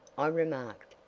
i remarked,